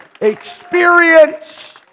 experience